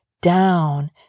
down